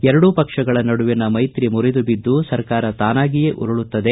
ಎರಡೂ ಪಕ್ಷಗಳ ನಡುವಿನ ಮೈತ್ರಿ ಮುರಿದುಬಿದ್ದು ಸರ್ಕಾರ ತಾನಾಗಿಯೇ ಉರಳುತ್ತದೆ